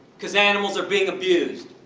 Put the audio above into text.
cause animals are being abused.